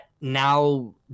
now